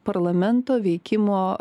parlamento veikimo